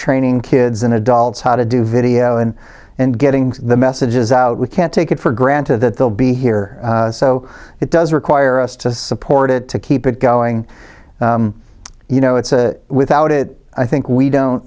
training kids and adults how to do video and and getting the messages out we can't take it for granted that they'll be here so it does require us to support it to keep it going you know it's a without it i think we don't